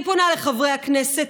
אני פונה לחברי הכנסת,